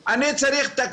שיותר.